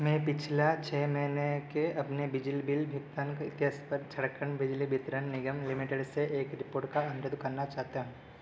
मैं पिछला छह महीने के अपने बिजली बिल भुगतान इतिहास पर झारखण्ड बिजली वितरण निगम लिमिटेड से एक रिपोर्ट का अनुरोध करना चाहता हूँ